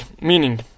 Meaning